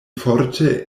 forte